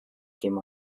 came